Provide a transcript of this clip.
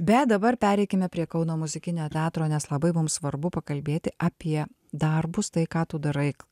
bet dabar pereikime prie kauno muzikinio teatro nes labai mums svarbu pakalbėti apie darbus tai ką tu darai